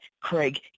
Craig